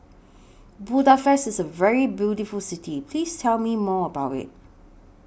Budapest IS A very beautiful City Please Tell Me More about IT